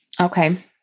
Okay